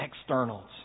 externals